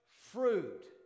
fruit